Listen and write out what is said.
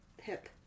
hip